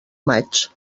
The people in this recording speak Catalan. maig